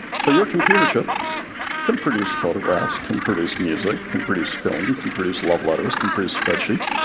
so your computer chip can produce photographs, can produce music, can produce film, can produce love letters, can produce spreadsheets.